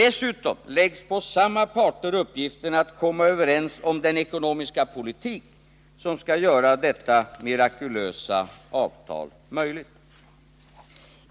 Dessutom läggs på samma parter uppgiften att komma överens om den ekonomiska politik som skall göra detta mirakulösa avtal möjligt.